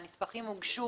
והנספחים הוגשו